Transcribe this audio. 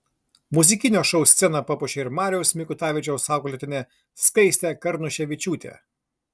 muzikinio šou sceną papuošė ir marijaus mikutavičiaus auklėtinė skaistė karnuševičiūtė